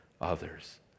others